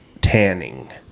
tanning